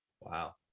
Wow